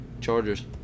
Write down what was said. Chargers